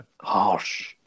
Harsh